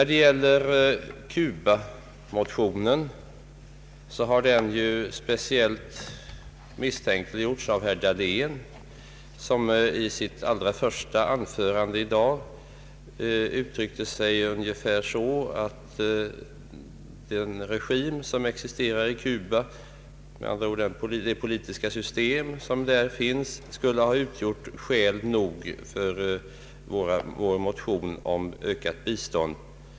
Cubamotionen har speciellt misstänkliggjorts av herr Dahlén, som i sitt allra första anförande i dag uttryckte sig ungefär så, att den regim som existerar på Cuba — med andra ord det politiska system som där finns — skulle utgöra skäl nog för vår motion om ökat bistånd.